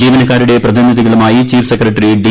ജീവനക്കാരുടെ പ്രതിനിധികളുമായി chief secretary D